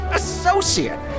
associate